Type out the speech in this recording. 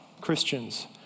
Christians